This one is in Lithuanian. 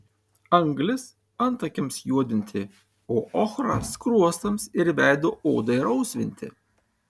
anglis antakiams juodinti o ochra skruostams ir veido odai rausvinti